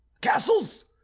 castles